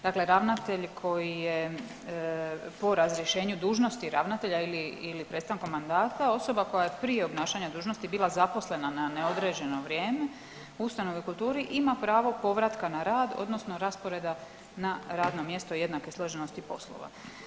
Dakle, ravnatelj koji je po razrješenju dužnosti ravnatelja ili prestankom mandata osoba koja je prije obnašanja dužnosti bila zaposlena na neodređeno vrijeme u ustanovi u kulturi ima pravo povratka na rad odnosno rasporeda na radno mjesto jednake složenosti poslova.